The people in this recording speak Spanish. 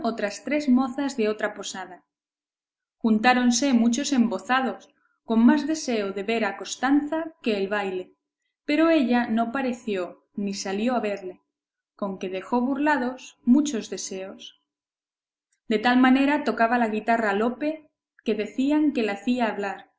otras tres mozas de otra posada juntáronse muchos embozados con más deseo de ver a costanza que el baile pero ella no pareció ni salió a verle con que dejó burlados muchos deseos de tal manera tocaba la guitarra lope que decían que la hacía hablar